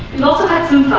and also had some